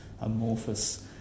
amorphous